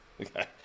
Okay